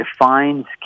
defines